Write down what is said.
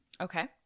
Okay